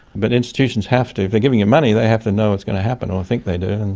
but institutions have to, if they are giving you money, they have to know what's going to happen or think they do.